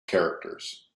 characters